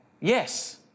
Yes